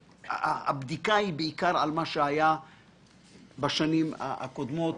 הבדיקה היא בעיקר על מה שהיה בשנים הקודמות.